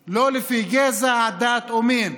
לא לפי גזע, דת או מין.